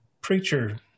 preacher